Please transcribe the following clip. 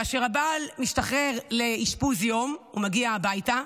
כאשר הבעל משתחרר לאשפוז יום, הוא מגיע הביתה,